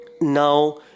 now